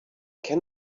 can